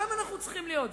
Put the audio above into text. שם אנחנו צריכים להיות.